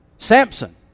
Samson